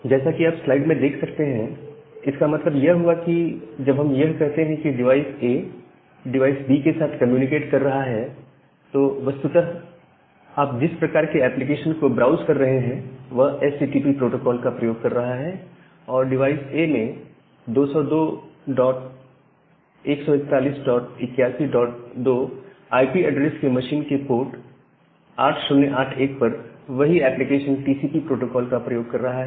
जैसा कि आप स्लाइड में देख सकते हैं इसका मतलब यह हुआ कि जब हम यह कहते हैं कि डिवाइस A डिवाइस B के साथ कम्युनिकेट कर रहा है तो वस्तुतः आप जिस प्रकार के एप्लीकेशन को ब्राउज कर रहे हैं वह एचटीटीपी प्रोटोकोल का प्रयोग कर रहा है और डिवाइस A में 202141812 आईपी एड्रेस के मशीन के पोर्ट 8081 पर वही एप्लीकेशन टीसीपी प्रोटोकोल का प्रयोग कर रहा है